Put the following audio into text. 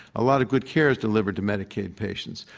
a lot of good care is delivered to medicaid patients.